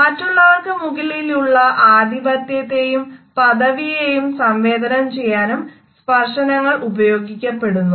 മറ്റുള്ളവർക്ക് മുകളിലുള്ള അധിപത്യത്തെയും പദവിയേയും സംവേദനം ചെയ്യാനും സ്പർശനങ്ങൾ ഉപയോഗിക്കപ്പെടുന്നു